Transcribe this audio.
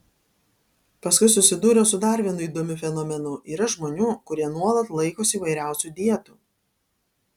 paskui susidūriau su dar vienu įdomiu fenomenu yra žmonių kurie nuolat laikosi įvairiausių dietų